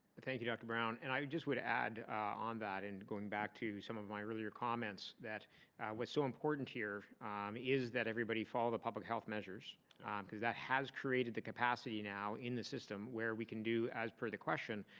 thank you, dr brown. and i would add on that, and going back to some of my earlier comments that what's so important here is that everybody follow the public health measures because that has created the capacity now in the system where we can do as per the question,